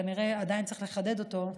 וכנראה עדיין צריך לחדד אותו.